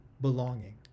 belonging